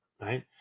right